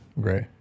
Great